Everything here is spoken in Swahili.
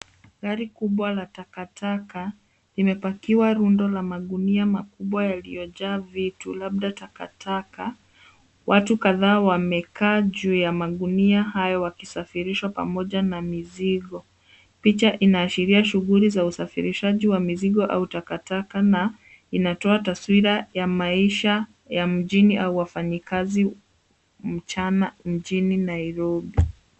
Tani kubwa la takataka limepakiwa magunia makubwa yaliyojaa vitu vinavyoweza kuwa taka. Wafanyakazi wamekaa juu ya magunia hayo wakisafirishwa pamoja na mizigo. Picha hii inaashiria shughuli za usafirishaji wa mizigo au takataka na inatoa taswira ya maisha ya mijini na kazi za mchana mjini Nairobi.